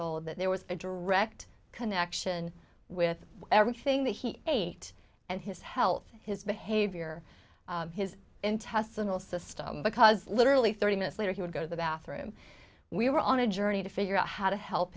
old that there was a direct connection with everything that he ate and his health his behavior his intestinal system because literally thirty minutes later he would go to the bathroom we were on a journey to figure out how to help